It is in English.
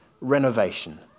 renovation